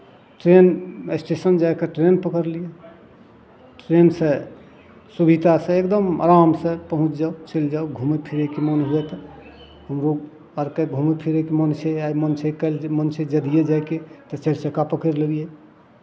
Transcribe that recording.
train station जाए कऽ train पकड़लियै ट्रेनसँ सुविधासँ एकदम आरामसँ पहुँच जाउ चलि जाउ घूमय फिरयके मोन हुए तऽ हमरो अरकेँ घूमय फिरयके मोन छै आइ मोन छै काल्हि मोन छै जदिये जायके तऽ चारि चक्का पकड़ि लेलियै